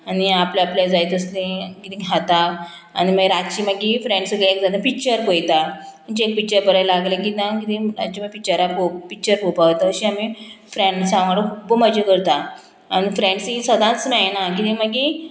आनी आपल्या आपल्याक जाय तसली किदें खाता आनी मागीर रातची मागीर फ्रेंड्स सगळे एक जाणा पिक्चर पयता म्हणजे एक पिक्चर बरय लागलें की ना किदें पिक्चराक पिक्चर पोवपाक वता अशें आमी फ्रेंड्सां वांगडा खूब मजा करता आनी फ्रेंड्स सदांच मेळना किदें मागीर